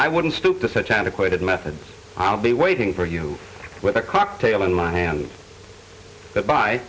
i wouldn't stoop to such antiquated methods i'll be waiting for you with a cocktail in my hand but by